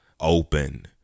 open